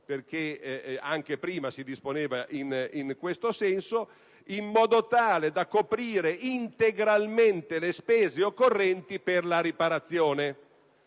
perché anche prima si disponeva in questo senso) è determinata «in modo tale da coprire integralmente le spese occorrenti per la riparazione,